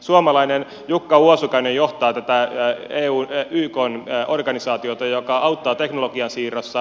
suomalainen jukka uosukainen johtaa tätä ykn organisaatiota joka auttaa teknologian siirrossa